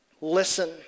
listen